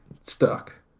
stuck